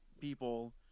people